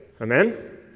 Amen